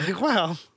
wow